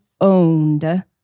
owned